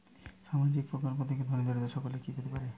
সামাজিক প্রকল্প থেকে ধনী দরিদ্র সকলে কি পেতে পারে?